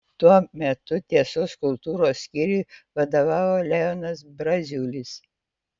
tuo metu tiesos kultūros skyriui vadovavo leonas braziulis